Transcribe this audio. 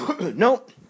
Nope